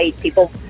people